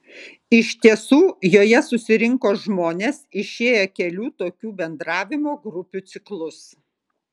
iš tiesų joje susirinko žmonės išėję kelių tokių bendravimo grupių ciklus